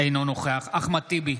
אינו נוכח אחמד טיבי,